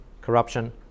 corruption